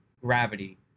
gravity